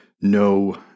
no